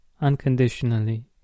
unconditionally